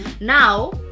Now